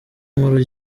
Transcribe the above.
inkuru